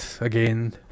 again